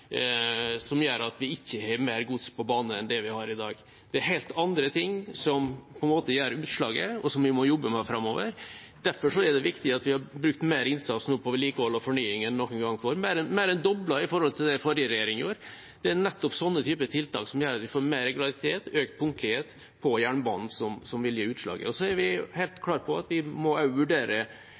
som gjør at vi ikke har mer gods på bane enn det vi har i dag. Det er helt andre ting som gjør utslaget, og som vi må jobbe med framover. Derfor er det viktig at vi har satset mer på vedlikehold og fornying enn noen gang før – innsatsen er mer enn doblet i forhold til under forrige regjering. Det er nettopp slike tiltak som gjør at vi får bedre regularitet, økt punktlighet på jernbanen, som vil gi utslag. Så er vi helt klare på at vi også må vurdere